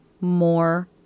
more